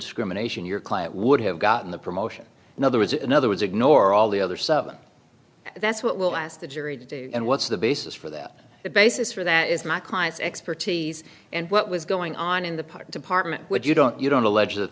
discrimination your client would have gotten the promotion in other words in other words ignore all the other so that's what we'll ask the jury to do and what's the basis for that the basis for that is my client's expertise and what was going on in the park department would you don't you don't allege that